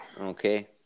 okay